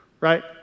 right